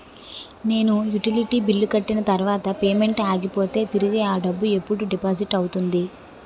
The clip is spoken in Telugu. నేను యుటిలిటీ బిల్లు కట్టిన తర్వాత పేమెంట్ ఆగిపోతే తిరిగి అ డబ్బు ఎప్పుడు డిపాజిట్ అవుతుంది?